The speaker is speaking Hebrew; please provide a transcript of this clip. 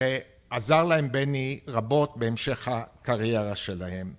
ועזר להם בני רבות בהמשך הקריירה שלהם.